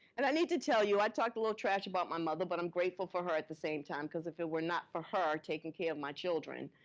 and i need to tell you, i talked a little trash about my mother, but i'm grateful for her at the same time because if it were not for her taking care of my children,